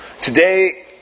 today